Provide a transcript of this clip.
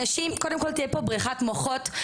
קודם כל תהיה בריחת מוחות,